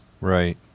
right